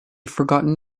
forgotten